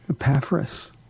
Epaphras